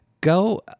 go